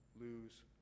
lose